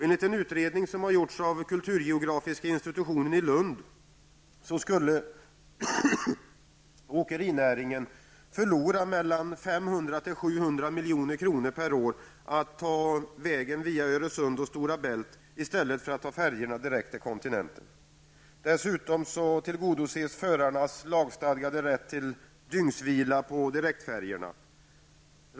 Enligt en utredning gjord av Kulturgeografiska institutionen i Lund skulle åkerinäringen förlora mellan 500 och 700 milj.kr. per år på att ta vägen över Öresund och Stora bält i stället för att ta färjorna direkt till kontintenten. Dessutom tillgodoses förarnas lagstadgade dygnsvila på direktfärjorna.